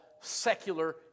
secular